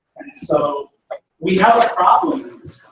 so we have a problem